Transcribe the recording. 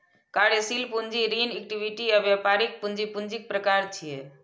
कार्यशील पूंजी, ऋण, इक्विटी आ व्यापारिक पूंजी पूंजीक प्रकार छियै